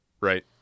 Right